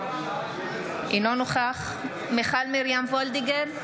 אינו נוכח מיכל מרים וולדיגר,